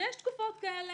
ויש תקופות כאלה.